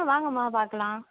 வாங்கம்மா பார்க்கலாம்